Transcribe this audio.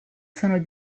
sono